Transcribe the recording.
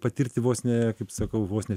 patirti vos ne kaip sakau vos ne